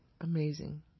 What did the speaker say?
amazing